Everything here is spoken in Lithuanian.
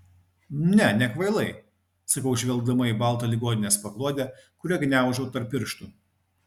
ne nekvailai sakau žvelgdama į baltą ligoninės paklodę kurią gniaužau tarp pirštų